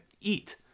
eat